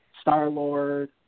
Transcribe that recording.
Star-Lord